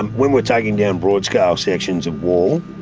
and when we are taking down broad-scale sections of wall,